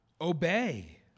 Obey